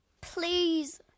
Please